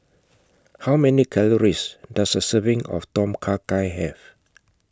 How Many Calories Does A Serving of Tom Kha Gai Have